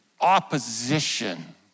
opposition